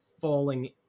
falling